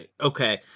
okay